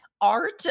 art